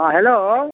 हँ हेलो